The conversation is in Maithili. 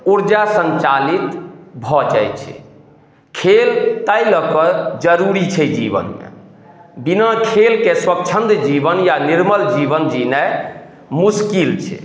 उर्जा सञ्चालित भऽ जाइ छै खेल ताइ लऽ कऽ जरूरी छै जीवनमे बिना खेलके स्वच्छनद जीवन या निर्मल जीवन जीनाइ मुश्किल छै